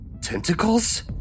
tentacles